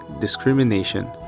discrimination